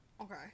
Okay